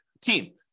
team